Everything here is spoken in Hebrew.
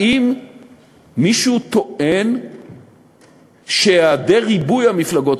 האם מישהו טוען שדה-ריבוי המפלגות,